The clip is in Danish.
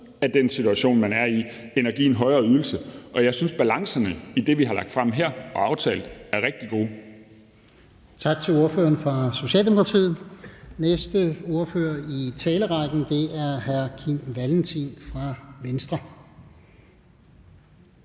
af den situation, de er i, end at give en højere ydelse, og jeg synes, balancen i det, vi har lagt frem her og aftalt, er rigtig god.